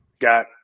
got